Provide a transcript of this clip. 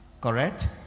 Correct